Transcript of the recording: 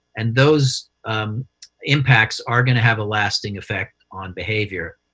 and those impacts are going to have a lasting effect on behavior.